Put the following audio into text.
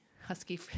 husky